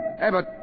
Abbott